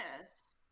yes